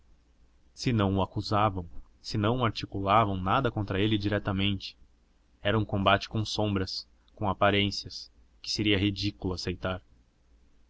se não o acusavam se não articulavam nada contra ele diretamente era um combate com sombras com aparências que seria ridículo aceitar